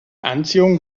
anziehung